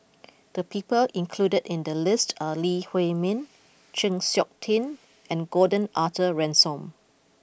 the people included in the list are Lee Huei Min Chng Seok Tin and Gordon Arthur Ransome